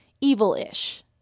evil-ish